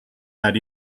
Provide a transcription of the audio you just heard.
that